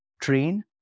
train